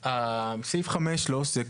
סעיף 5 לא עוסק